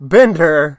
Bender